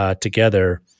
together